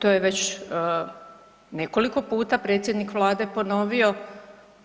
To je već nekoliko puta predsjednik Vlade ponovio,